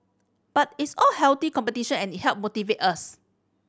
but it's all healthy competition and it help motivate us